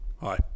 Hi